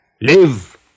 Live